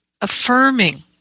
affirming